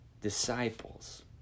disciples